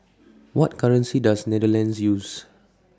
What currency Does Netherlands use